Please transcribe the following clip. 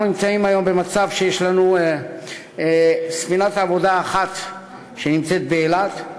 אנחנו נמצאים היום במצב שיש לנו ספינת עבודה אחת שנמצאת באילת,